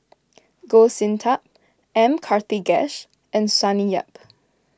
Goh Sin Tub M Karthigesu and Sonny Yap